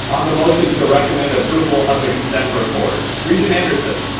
on the motion to recommend approval of the consent report, regent anderson?